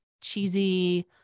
cheesy